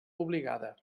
obligada